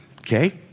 okay